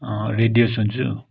radio सुन्छु